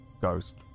ghost